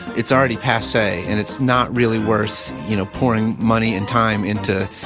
it's already passe, and it's not really worth, you know, pouring money and time into,